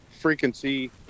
Frequency